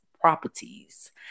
properties